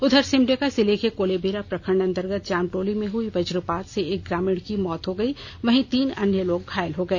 उधर सिमडेगा जिले के कोलेबिरा प्रखंड अंतर्गत जामटोली में हुई वज्रपात से एक ग्रामीण की मौत हो गयी वहीं तीन अन्य लोग घायल हो गए